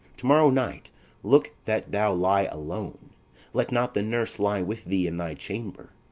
to-morrow night look that thou lie alone let not the nurse lie with thee in thy chamber.